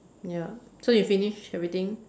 ya so you finish everything